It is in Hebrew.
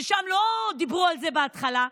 ששם לא דיברו על זה בהתחלה,